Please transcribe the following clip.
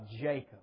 Jacob